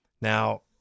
Now